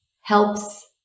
helps